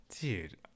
Dude